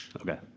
okay